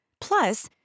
Plus